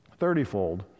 thirtyfold